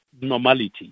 normality